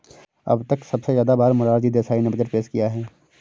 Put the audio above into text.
अब तक सबसे ज्यादा बार मोरार जी देसाई ने बजट पेश किया है